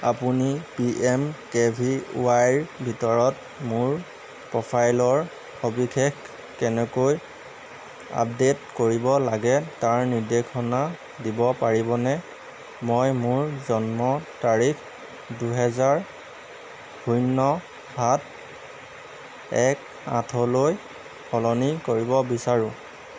আপুনি P M K V Y ৰ ভিতৰত মোৰ প্ৰফাইলৰ সবিশেষ কেনেকৈ আপডে'ট কৰিব লাগে তাৰ নিৰ্দেশনা দিব পাৰিবনে মই মোৰ জন্ম তাৰিখ দুহেজাৰ শূন্য সাত এক আঠলৈ সলনি কৰিব বিচাৰোঁ